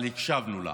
אבל הקשבנו לה.